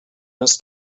must